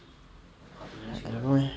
I don't know eh